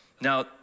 Now